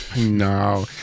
no